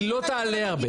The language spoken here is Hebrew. היא לא תעלה הרבה.